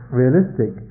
realistic